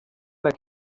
muri